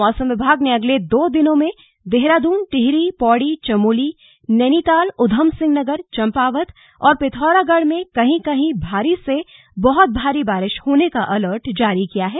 मौसम विभाग ने अगले दो दिनों में देहरादून टिहरी पौड़ी चमोली नैनीताल उधमसिंह नगर चम्पावत और पिथौरागढ़ में कहीं कहीं भारी से बहुत भारी बारिश होने का अलर्ट जारी किया है